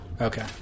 Okay